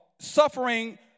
suffering